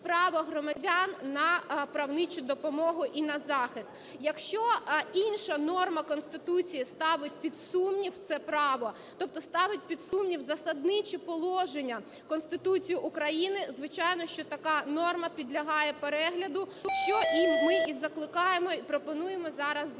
право громадян на правничу допомогу і на захист. Якщо інша норма Конституції ставить під сумнів це право, тобто ставить під сумнів засадниче положення Конституції України, звичайно, що така норма підлягає перегляду, що ми і закликаємо, і пропонуємо зараз зробити.